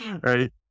Right